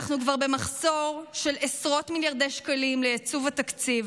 אנחנו כבר במחסור של עשרות מיליארדי שקלים לייצוב התקציב,